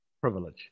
privilege